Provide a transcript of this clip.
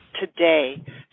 today